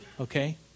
okay